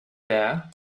there